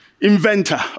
inventor